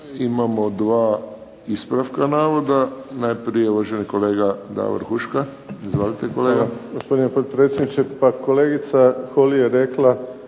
Imamo dva ispravka navoda. Najprije uvaženi kolega Davor Huška. Izvolite, kolega.